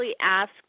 ask